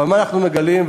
אבל מה אנחנו מגלים?